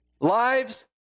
Lives